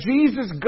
Jesus